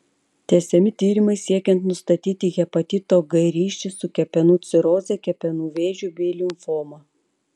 tęsiami tyrimai siekiant nustatyti hepatito g ryšį su kepenų ciroze kepenų vėžiu bei limfoma